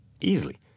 easily